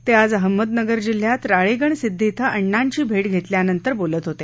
ते आज अहमदनगर जिल्ह्यात राळेगण सिद्धी इथं अण्णांची भेट घेतल्यानंतर बोलत होते